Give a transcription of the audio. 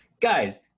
guys